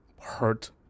hurt